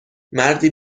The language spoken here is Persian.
مردی